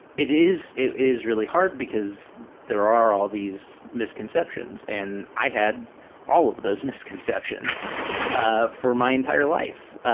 it is it is really hard because there are all these misconceptions, and i had all of those misconceptions ah for my entire life,